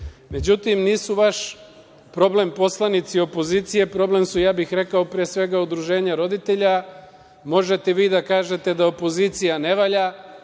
godine.Međutim, nisu vaš problem poslanici opozicije, problem su ja bih rekao pre svega udruženja roditelja. Možete vi da kažete da opozicija ne valja,